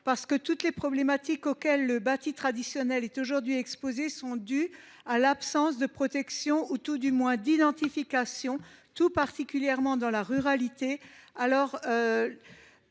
car toutes les problématiques auxquelles le bâti traditionnel est aujourd’hui exposé sont liées à l’absence de protection ou, tout du moins, d’identification, tout particulièrement dans la ruralité,